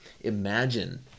Imagine